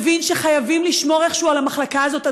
מבין שחייבים לשמור איכשהו על המחלקה הזאת.